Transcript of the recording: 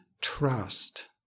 trust